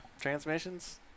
transmissions